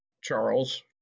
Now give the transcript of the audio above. Charles